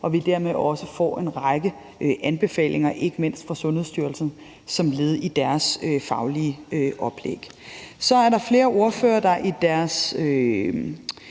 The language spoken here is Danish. at vi dermed også får en række anbefalinger, ikke mindst fra Sundhedsstyrelsen som led i deres faglige oplæg. Kl. 17:20 Så er der flere ordførere, der i deres